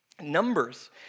numbers